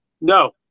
No